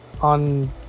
on